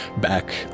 back